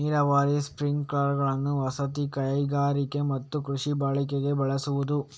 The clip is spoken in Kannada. ನೀರಾವರಿ ಸ್ಪ್ರಿಂಕ್ಲರುಗಳನ್ನು ವಸತಿ, ಕೈಗಾರಿಕಾ ಮತ್ತು ಕೃಷಿ ಬಳಕೆಗೆ ಬಳಸಬಹುದು